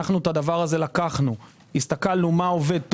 את זה לקחנו, הסתכלנו מה עובד טוב,